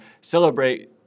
celebrate